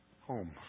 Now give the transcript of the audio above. home